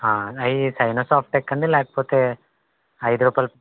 అవి సైనో సాఫ్టెక్ అండి లేకపోతే ఐదు రూపాయలు